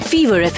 Fever